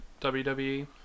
WWE